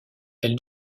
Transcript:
elle